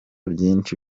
byinshi